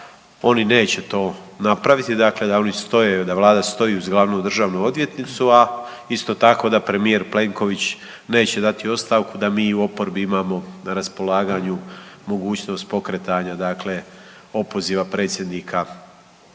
oni neće to napraviti, dakle da Vlada stoji uz glavnu državnu odvjetnicu, a isto tako da premijer Plenković neće dati ostavku da mi u oporbi imamo na raspolaganju mogućnost pokretanja opoziva predsjednika